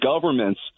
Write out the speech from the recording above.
governments –